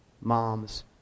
moms